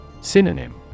Synonym